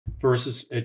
versus